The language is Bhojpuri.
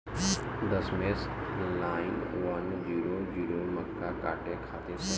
दशमेश नाइन वन जीरो जीरो मक्का काटे खातिर सही ह?